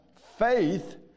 faith